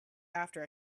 after